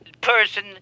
person